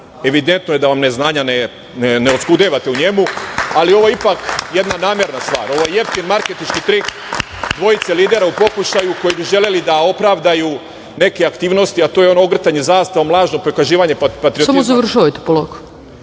evidentno je da vam neznanje ne oskudevate u njemu, ali ovo je jeftin marketinški trik dvojice lidera u pokušaju koji bi želeli da opravdaju neke aktivnosti, a to je ono ogrtanje zastavom, lažno pokazivanje patriotizma,